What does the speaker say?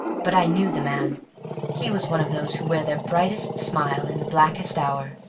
but i knew the man he was one of those who wear their brightest smile in the blackest hour.